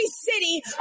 city